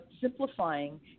simplifying